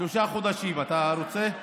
שלושה חודשים, אתה רוצה?